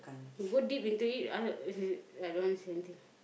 go deep into it I don't want to say anything